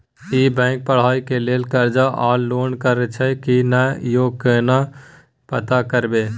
ई bank पढ़ाई के लेल कर्ज आ लोन करैछई की नय, यो केना पता करबै?